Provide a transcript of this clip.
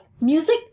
Music